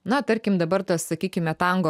na tarkim dabar tas sakykime tango